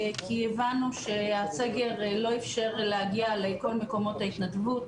כי הבנו שהסגר לא אפשר להגיע לכל מקומות ההתנדבות.